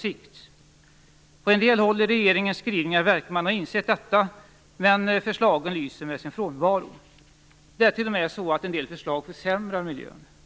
På en del håll i regeringens skrivningar verkar man ha insett detta, men förslagen lyser med sin frånvaro. Det är t.o.m. så att en del förslag försämrar miljön.